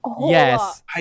Yes